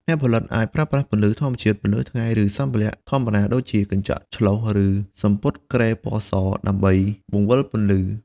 អ្នកផលិតអាចប្រើប្រាស់ពន្លឺធម្មជាតិ ពន្លឺថ្ងៃ ឬសម្ភារៈធម្មតាដូចជាកញ្ចក់ឆ្លុះឬសំពត់គ្រែពណ៌សដើម្បីបង្វិលពន្លឺ។